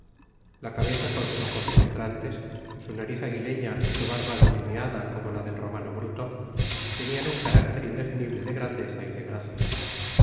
la cabeza con sus ojos penetrantes su nariz aguileña y su barba delineada como la del romano bruto tenían un carácter indefinible de grandeza y de gracia